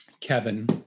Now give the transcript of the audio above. Kevin